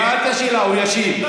שאלת שאלה, הוא ישיב.